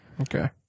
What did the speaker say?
okay